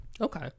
okay